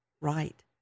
right